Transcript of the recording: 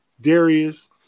Darius